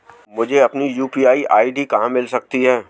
मुझे अपनी UPI ID कहां मिल सकती है?